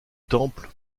temple